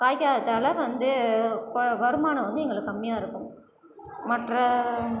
காய்க்காததால் வந்து வருமானம் வந்து எங்களுக்கு கம்மியாக இருக்கும் மற்ற